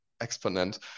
exponent